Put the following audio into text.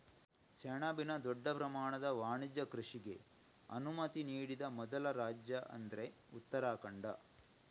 ಸೆಣಬಿನ ದೊಡ್ಡ ಪ್ರಮಾಣದ ವಾಣಿಜ್ಯ ಕೃಷಿಗೆ ಅನುಮತಿ ನೀಡಿದ ಮೊದಲ ರಾಜ್ಯ ಅಂದ್ರೆ ಉತ್ತರಾಖಂಡ